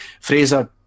Fraser